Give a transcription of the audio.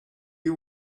you